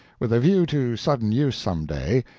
with a view to sudden use some day,